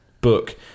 book